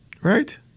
Right